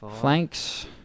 flanks